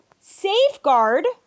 safeguard